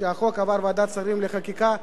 כשהחוק עבר ועדת שרים לחקיקה,